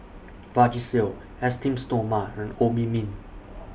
Vagisil Esteem Stoma and Obimin